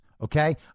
okay